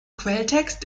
quelltext